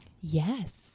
Yes